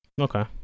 okay